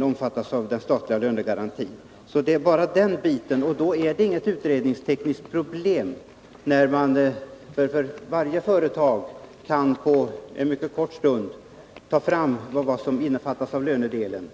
omfattas av den statliga lönegarantin. Det är bara den biten det gäller, och då är det inget utredningstekniskt problem. Varje företag kan omgående ta fram det som innefattas av lönedelen.